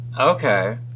Okay